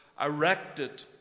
erected